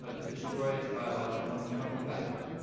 ah to destroy its biological and chemical weapons.